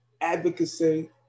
Advocacy